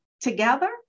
together